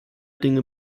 dinge